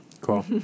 Cool